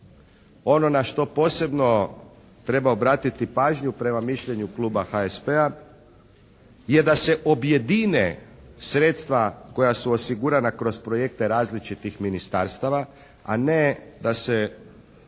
Ono na što posebno treba obratiti pažnju prema mišljenju kluba HSP-a je da se objedine sredstva koja su osigurana kroz projekte različitih ministarstava, a ne da se